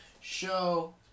show